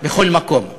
בכל מקום.